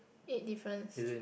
eight difference